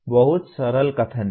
यह बहुत सरल कथन है